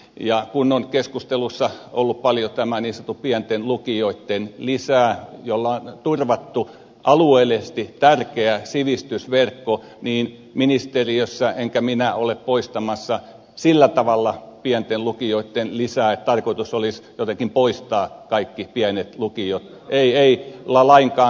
kun on keskustelussa ollut esillä paljon tämä niin sanottu pienten lukioitten lisä jolla on turvattu alueellisesti tärkeä sivistysverkko niin ei ministeriössä olla enkä minä ole poistamassa sillä tavalla pienten lukioitten lisää että tarkoitus olisi jotenkin poistaa kaikki pienet lukiot ei lainkaan